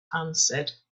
answered